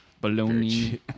bologna